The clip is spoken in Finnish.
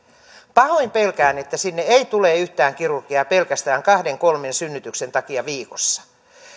pahoin pelkään että sinne ei tule yhtään kirurgia pelkästään kahden kolmen synnytyksen takia viikossa